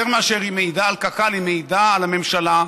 יותר מאשר היא מעידה על קק"ל היא מעידה על הממשלה,